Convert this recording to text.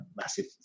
massive